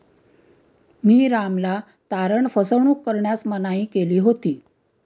मी रामला तारण फसवणूक करण्यास मनाई केली होती